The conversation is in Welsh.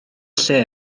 lle